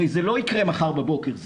הרי זה לא יקרה מחר בבוקר,